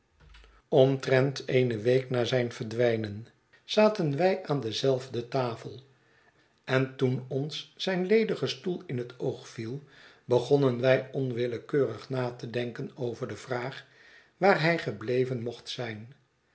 omtrent eene week na zijn verdwijnen zaten wij aan dezelfde tafel en toen ons zijn ledige stoel in het oog viel begonnen wij onwillekeurig na te denken over de vraag waar hij gebleven mocht zijn